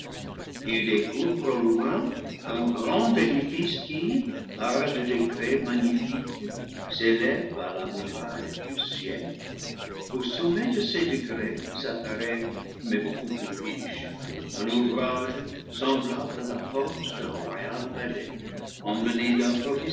il découvre au loin un grand édifice qui par des degrés magnifiques s'élève à la muraille du ciel au sommet de ces degrés apparaît mais beaucoup plus riche un ouvrage semblable à la porte d'un royal palais embelli